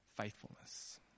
faithfulness